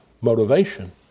motivation